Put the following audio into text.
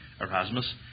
Erasmus